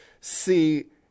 see